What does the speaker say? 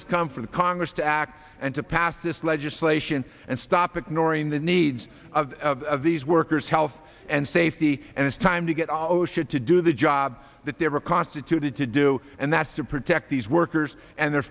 has come for the congress to act and to pass this legislation and stop ignoring the needs of these workers health and safety and it's time to get osha to do the job that they were constituted to do and that's to protect these workers and their